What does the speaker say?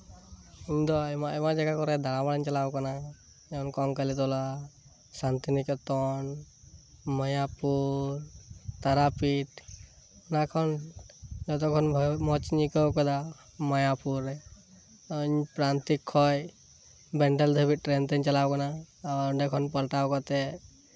ᱤᱧ ᱫᱚ ᱟᱭᱢᱟ ᱟᱭᱢᱟ ᱡᱟᱭᱜᱟ ᱠᱚᱨᱮᱫ ᱫᱟᱬᱟ ᱵᱟᱲᱟᱧ ᱪᱟᱞᱟᱣ ᱟᱠᱟᱱᱟ ᱡᱮᱢᱚᱱ ᱠᱚᱝ ᱠᱟᱞᱤᱛᱚᱞᱟ ᱥᱟᱱᱛᱤᱱᱤᱠᱮᱛᱚᱱ ᱢᱟᱭᱟᱯᱩᱨ ᱛᱟᱨᱟᱯᱤᱴ ᱩᱛᱛᱨᱟᱠᱷᱚᱱᱰ ᱡᱚᱛᱚᱠᱷᱚᱱ ᱵᱷᱟᱜᱮ ᱢᱚᱸᱡᱽ ᱤᱧ ᱟᱭᱠᱟᱹᱣ ᱟᱠᱟᱫᱟ ᱢᱟᱭᱟᱯᱩᱨ ᱨᱮ ᱤᱧ ᱯᱨᱟᱱᱛᱤᱠ ᱠᱷᱚᱱ ᱵᱮᱱᱰᱮᱞ ᱫᱷᱟᱵᱤᱡ ᱴᱨᱮᱱ ᱛᱤᱧ ᱪᱟᱞᱟᱣ ᱟᱠᱟᱱᱟ ᱟᱨ ᱚᱸᱰᱮ ᱠᱷᱚᱱ ᱯᱟᱞᱴᱟᱣ ᱠᱟᱛᱮᱫ